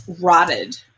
rotted